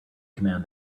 command